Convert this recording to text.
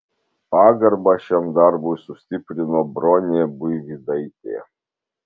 pagarbą šiam darbui sustiprino bronė buivydaitė